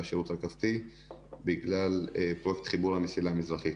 שירות רכבתי בגלל פרויקט חיבור המסילה המזרחית.